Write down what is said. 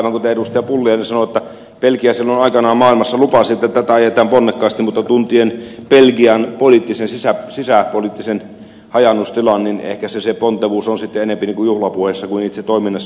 pulliainen sanoi belgia silloin aikanaan maailmassa lupasi että tätä ajetaan ponnekkaasti mutta tuntien belgian poliittisen sisäpoliittisen hajaannustilan ehkä se pontevuus on sitten enemmän juhlapuheissa kuin itse toiminnassa